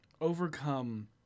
Overcome